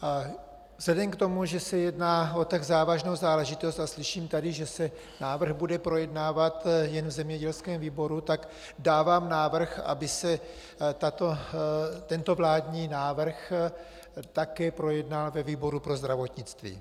Vzhledem k tomu, že se jedná o tak závažnou záležitost a slyším tady, že se návrh bude projednávat jen v zemědělském výboru, tak dávám návrh, aby se tento vládní návrh také projednal ve výboru pro zdravotnictví.